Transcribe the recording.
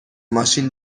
ماشین